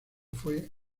fue